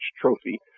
trophy